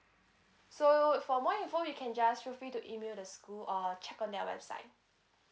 so for more info you can just feel free to email the school or check on their website